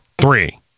three